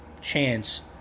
chance